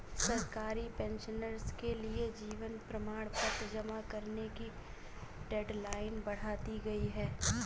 सरकारी पेंशनर्स के लिए जीवन प्रमाण पत्र जमा करने की डेडलाइन बढ़ा दी गई है